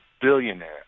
billionaire